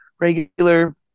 regular